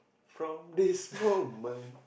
from this moment